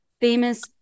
famous